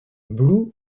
blue